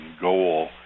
goal